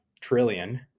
trillion